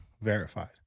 verified